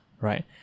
right